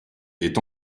est